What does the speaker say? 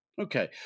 Okay